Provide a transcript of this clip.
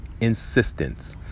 insistence